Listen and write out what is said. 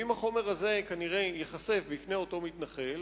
ואם החומר הזה ייחשף בפני אותו מתנחל,